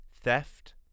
theft